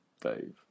Dave